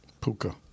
Puka